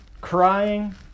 crying